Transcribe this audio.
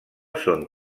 són